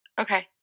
Okay